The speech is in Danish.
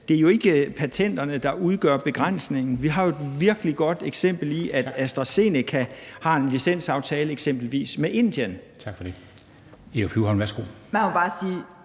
at det jo ikke er patenterne, som udgør begrænsningen. Vi har jo et virkelig godt eksempel med, at AstraZeneca har en licensaftale med